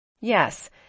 Yes